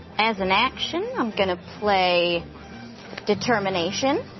as an action, i'm gonna play determination.